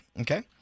Okay